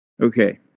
Okay